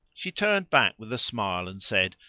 she turned back with a smile and said,